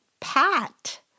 Pat